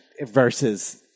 versus